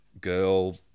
girl